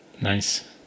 Nice